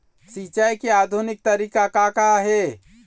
सिचाई के आधुनिक तरीका का का हे?